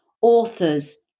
authors